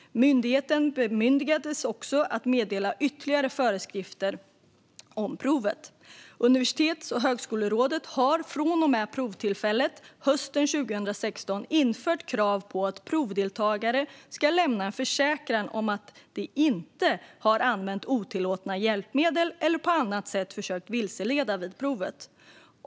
Myndigheten bemyndigades också att meddela ytterligare föreskrifter för provet. Universitets och högskolerådet har från och med provtillfället hösten 2016 infört krav på att provdeltagare ska lämna en försäkran om att de inte har använt otillåtna hjälpmedel eller på annat sätt har försökt att vilseleda vid provet.